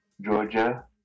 Georgia